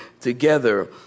together